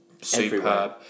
Superb